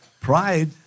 Pride